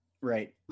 right